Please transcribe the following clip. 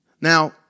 Now